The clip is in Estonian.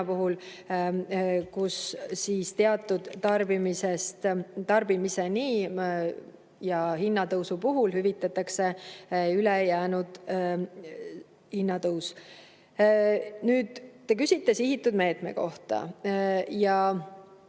puhul, kus teatud tarbimise taseme ja hinnatõusu puhul hüvitatakse ülejäänud hinnatõus. Te küsite sihitud meetme kohta.